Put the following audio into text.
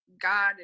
God